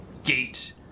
Gate